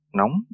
nóng